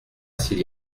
s’il